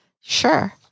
Sure